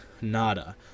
Nada